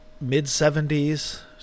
mid-70s